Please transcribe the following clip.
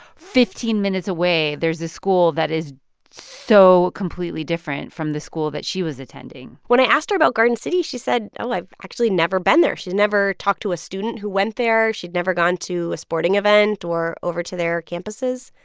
fifteen minutes away, there's this school that is so completely different from the school that she was attending when i asked her about garden city, she said, oh, i've actually never been there. she's never talked to a student who went there. she'd never gone to a sporting event or over to their campuses.